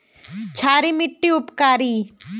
क्षारी मिट्टी उपकारी?